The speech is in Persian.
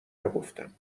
نگفتم